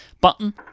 button